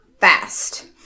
fast